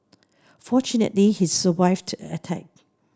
fortunately he survived the attack